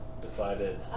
Decided